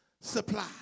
supply